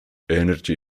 energy